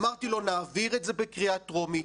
אמרתי לו נעביר את זה בקריאה טרומית,